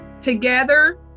together